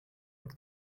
what